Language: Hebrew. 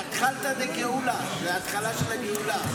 אתחלתא דגאולה, זאת ההתחלה של הגאולה.